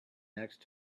next